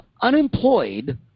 unemployed